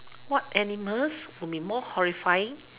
what animals will be more horrifying